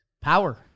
Power